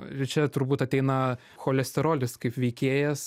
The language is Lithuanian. ir čia turbūt ateina cholesterolis kaip veikėjas